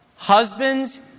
Husbands